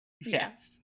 Yes